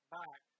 back